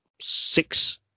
six